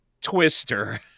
Twister